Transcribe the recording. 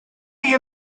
you